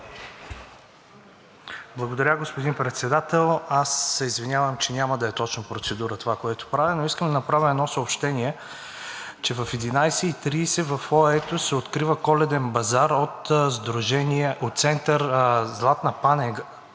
Благодаря, господин Председател. Аз се извинявам, че няма да е точно процедура това, което правя, но искам да направя едно съобщение, че в 11,30 ч. във фоайето се открива Коледен базар от Център „Златна панделка“,